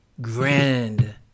grand